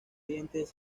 dientes